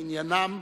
למניינם,